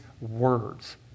words